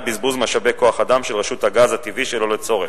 בזבוז משאבי כוח-אדם של רשות הגז הטבעי שלא לצורך,